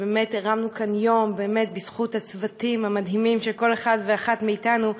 ובאמת הרמנו כאן יום בזכות הצוותים המדהימים של כל אחד ואחת מאתנו,